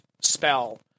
spell